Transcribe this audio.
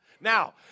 Now